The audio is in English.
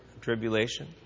tribulation